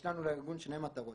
יש לארגון שתי מטרות: